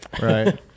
right